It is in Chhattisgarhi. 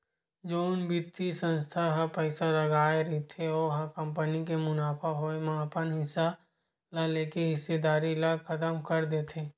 जउन बित्तीय संस्था ह पइसा लगाय रहिथे ओ ह कंपनी के मुनाफा होए म अपन हिस्सा ल लेके हिस्सेदारी ल खतम कर देथे